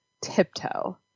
Tiptoe